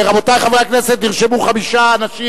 רבותי חברי הכנסת, נרשמו חמישה אנשים